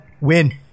win